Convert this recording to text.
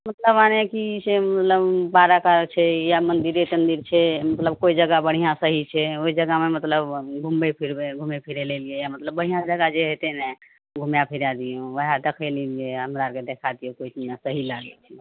मतलब माने की से मतलब बारह टा छै या मन्दिरे तन्दिर छै मतलब कोइ जगह बढ़िआँ सही छै ओइ जगह मे मतलब घुमबै फिरबै घुमै फिरैलए एलियैये मतलबमे बढ़िआँ जगह जे हेतय ने घुमय फिरा दियौ वएह देखय लए अयलियैये हमरा जे देखा दियौ कोइ की मे सही लागय छै